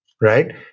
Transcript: Right